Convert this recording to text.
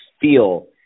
feel